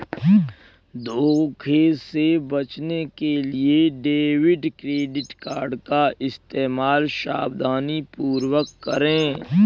धोखे से बचने के लिए डेबिट क्रेडिट कार्ड का इस्तेमाल सावधानीपूर्वक करें